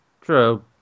True